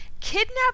kidnap